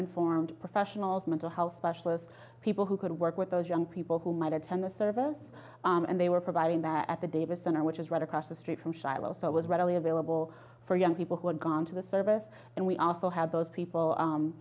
informed professionals mental health specialists people who could work with those young people who might attend the service and they were providing that at the davis center which is right across the street from silas that was readily available for young people who had gone to the service and we also had those people